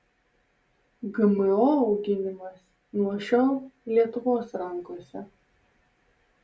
gmo auginimas nuo šiol lietuvos rankose